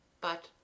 But